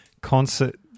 concert